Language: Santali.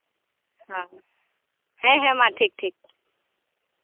ᱦᱳ ᱦᱮᱸ ᱦᱮᱸ ᱢᱟ ᱴᱷᱤᱠ ᱴᱷᱤᱠ